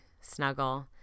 Snuggle